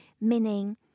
meaning